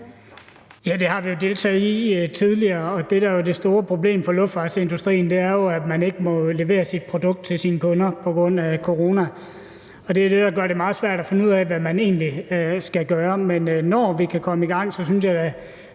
Ja, det har vi jo deltaget i tidligere, og det, der er det store problem for luftfartsindustrien, er, at man ikke må levere sit produkt til sine kunder på grund af corona, og det er det, der gør det meget svært at finde ud af, hvad man egentlig skal gøre. Men når vi kan komme i gang, synes jeg